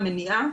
מניעה,